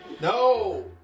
No